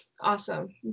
Awesome